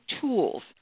tools